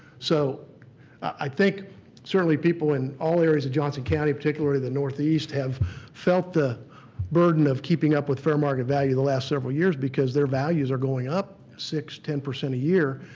so i think certainly people in all areas of johnson county, particularly the northeast, have felt the burden of keeping up with fair market value the last several years because their values are going up six, ten percent a year,